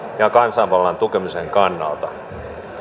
ja kansanvallan tukemisen kannalta